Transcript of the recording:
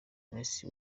mercy